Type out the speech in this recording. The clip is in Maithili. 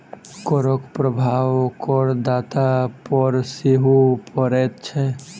करक प्रभाव करदाता पर सेहो पड़ैत छै